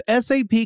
SAP